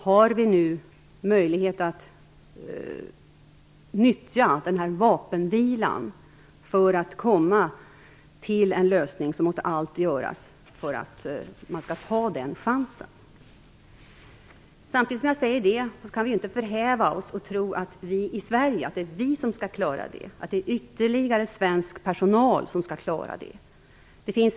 Om vi nu har möjlighet att nyttja vapenvilan för att komma till en lösning måste allt göras för att man skall ta den chansen. Samtidigt kan vi inte förhäva oss och tro att det är vi i Sverige som skall klara det - att det är ytterligare svensk personal som skall klara det.